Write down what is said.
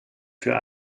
für